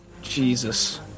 Jesus